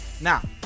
Now